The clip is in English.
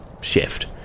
shift